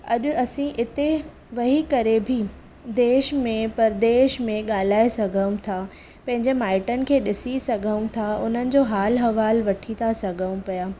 अॼु असीं हिते वेही करे बि देश में परदेस में ॻाल्हाए सघूं था पंहिंजे माइटनि खे ॾिसी सघूं था उन्हनि जो हालु अहिवाल वठी था सघूं पिया